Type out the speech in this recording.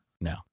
No